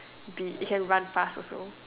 be it can run fast also